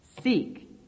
Seek